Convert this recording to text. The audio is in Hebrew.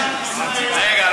רגע,